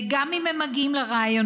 וגם אם הם מגיעים לראיונות,